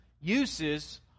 uses